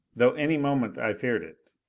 though any moment i feared it.